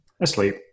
asleep